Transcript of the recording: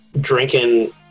drinking